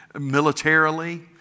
militarily